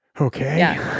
Okay